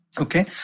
Okay